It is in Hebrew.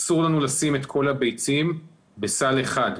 אסור לנו לשים את כל הביצים בסל אחד.